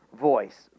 voice